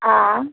अँ